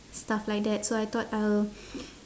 stuff like that so I thought I'll